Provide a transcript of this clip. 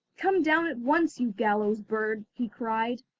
come down at once, you gallows bird he cried.